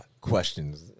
questions